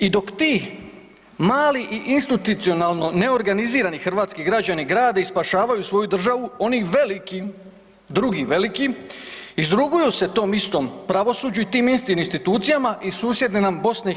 I dok ti mali i institucionalno neorganizirani hrvatski građani grade i spašavaju svoju državu oni velikim, drugi velikim izruguju se tom istom pravosuđu i tim istim institucijama iz susjedne nam BiH.